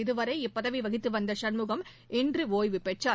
இதுவரை இப்பதவி வகித்து வந்த சண்முகம் இன்று ஒய்வு பெற்றார்